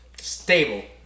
Stable